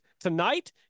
Tonight